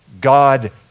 God